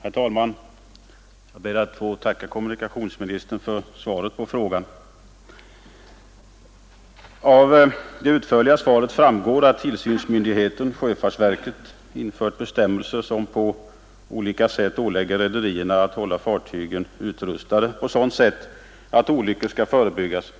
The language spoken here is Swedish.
Herr talman! Jag ber att få tacka kommunikationsministern för svaret på frågan. Av det utförliga svaret framgår att tillsynsmyndigheten sjöfartsverket infört bestämmelser som på olika sätt ålägger rederierna att hålla fartygen utrustade på sådant sätt att olyckor skall förebyggas.